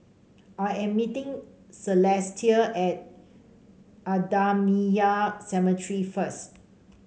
I am meeting Celestia at Ahmadiyya Cemetery first